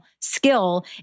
skill